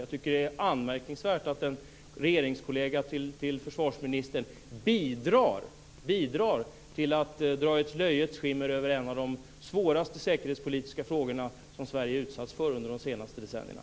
Jag tycker att det är anmärkningsvärt att en regeringskollega till försvarsministern bidrar till att dra ett löjets skimmer över en av de svåraste säkerhetspolitiska frågor som Sverige utsatts för under de senaste decennierna.